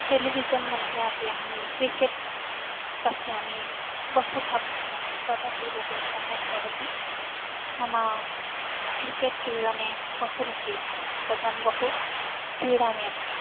television मध्ये अपि अहं क्रिकेट् पश्यामि बहुथा पश्यामि तदपि बहुसम्यक् भवति मम क्रिकेट् क्रीडने बहुरुचिः अस्ति तद् अहं बहु क्रीडामि अपि